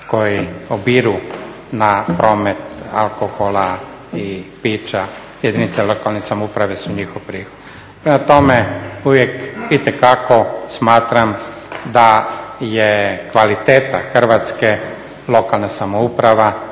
Hrvatske lokalna samouprava